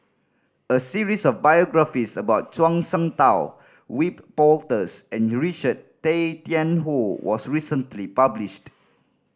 a series of biographies about Zhuang Shengtao Wiebe Wolters and Richard Tay Tian Hoe was recently published